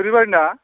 थुरिबारिना